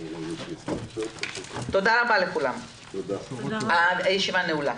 לכולם הישיבה נעולה.